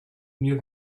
near